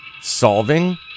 solving